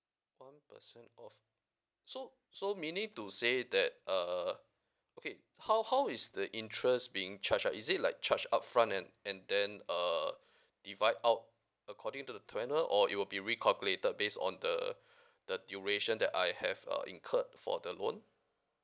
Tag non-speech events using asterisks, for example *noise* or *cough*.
one percent off so so meaning to say that uh okay how how is the interest being charge ah is it like charge up front and and then uh *breath* divide out according to the tenure or it will be recalculated based on the *breath* the duration that I have uh incurred for the loan